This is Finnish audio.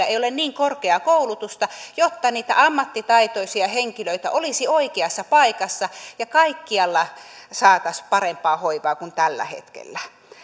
ei ole niin korkeaa koulutusta jotta niitä ammattitaitoisia henkilöitä olisi oikeassa paikassa ja kaikkialla saataisiin parempaa hoivaa kuin tällä hetkellä